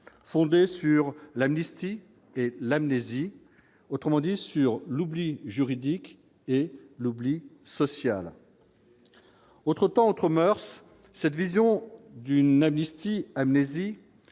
fondée sur l'amnistie et l'amnésie, autrement dit sur l'oubli juridique et l'oubli social autres temps autres moeurs cette vision d'une amnistie amnésie